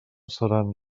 seran